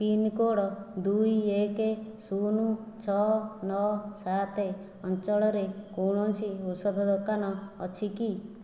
pincode ଦୁଇ ଏକ ଶୂନ ଛଅ ନଅ ସାତ ଅଞ୍ଚଳରେ କୌଣସି ଔଷଧ ଦୋକାନ ଅଛି କି